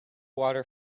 water